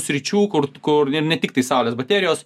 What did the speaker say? sričių kur kur ir ne tiktai saulės baterijos